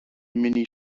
many